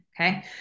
okay